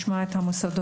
לשמוע את המוסדות,